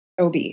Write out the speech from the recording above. OB